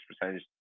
percentage